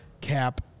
cap